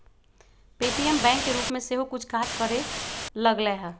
Paytm bank के रूप में सेहो कुछ काज करे लगलै ह